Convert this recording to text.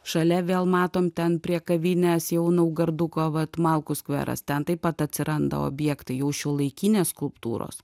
šalia vėl matom ten prie kavinės jau naugarduko vat malkų skveras ten taip pat atsiranda objektai jau šiuolaikinės skulptūros